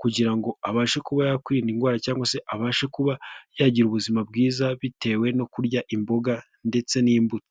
kugira ngo abashe kuba yakwirinda indwara cyangwa se abashe kuba yagira ubuzima bwiza bitewe no kurya imboga ndetse n'imbuto.